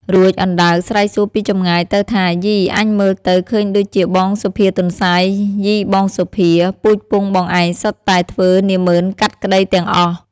រួចអណ្ដើកស្រែកសួរពីចម្ងាយទៅថា៖ "យី! អញមើលទៅឃើញដូចជាបងសុភាទន្សាយ យីបងសុភា! ពូជពង្សបងឯងសុទ្ធតែធ្វើនាម៉ឺនកាត់ក្តីទាំងអស់។